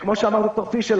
שכפי שאמר ד"ר פישל,